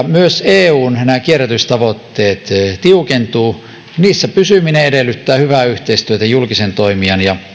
myös eun kierrätystavoitteet tiukentuvat niissä pysyminen edellyttää hyvää yhteistyötä julkisen toimijan ja